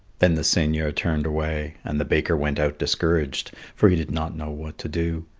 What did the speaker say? then the seigneur turned away and the baker went out discouraged, for he did not know what to do.